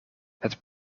het